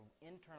internal